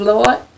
Lord